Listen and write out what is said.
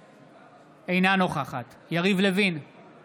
אינה נוכחת יריב לוין, בעד